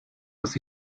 dass